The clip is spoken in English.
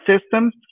systems